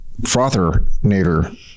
frother-nator